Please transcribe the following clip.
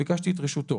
ביקשתי את רשותו.